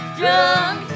drunk